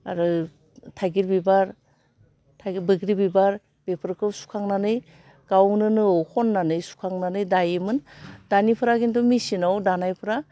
आरो थाइगिर बिबार थाइगिर बैग्रि बिबार बेफोरखौ सुखांनानै गावनो नोआव खननानै सुखांनानै दायोमोन दानिफोरा खिन्थु मेचिनाव दानायफ्रा